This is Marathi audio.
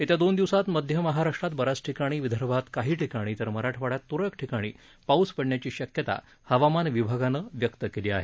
येत्या दोन दिवसात मध्य महाराष्ट्रात ब याच ठिकाणी विदर्भात काही ठिकाणी तर मराठवाइयात तूरळक ठिकाणी पाऊस पडण्याची शक्यता हवामान खात्यानं व्यक्त केली आहे